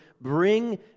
Bring